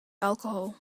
alcohol